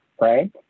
right